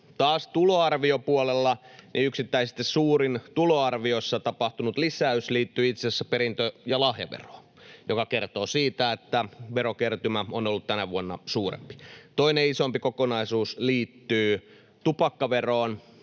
Tuloarviopuolella taas yksittäisesti suurin tuloarviossa tapahtunut lisäys liittyy itse asiassa perintö- ja lahjaveroon, mikä kertoo siitä, että verokertymä on ollut tänä vuonna suurempi. Toinen isompi kokonaisuus liittyy tupakkaveroon,